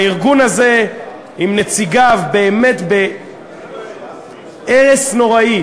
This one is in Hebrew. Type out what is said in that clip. הארגון הזה עם נציגיו, באמת בארס נוראי,